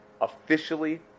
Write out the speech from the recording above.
officially